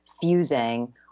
fusing